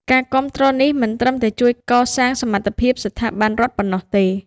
ការគាំទ្រនេះមិនត្រឹមតែជួយកសាងសមត្ថភាពស្ថាប័នរដ្ឋប៉ុណ្ណោះទេ។